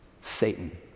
Satan